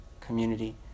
community